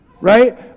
right